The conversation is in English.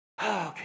okay